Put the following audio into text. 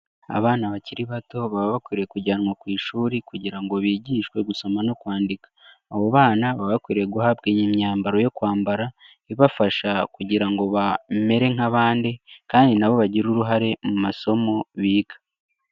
Abana bakiri bato baba bakwiye kujyanwa ku ishuri kugira ngo bigishwe gusoma no kwandika, abo bana baba bakwiriye guhabwa imyambaro yo kwambara ibafasha kugira ngo bamere nk'abandi kandi na bo bagire uruhare mu masomo biga.